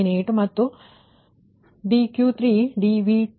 98 ಸಿಗುತ್ತದೆ